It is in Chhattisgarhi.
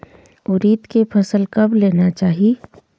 उरीद के फसल कब लेना चाही?